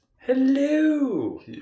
hello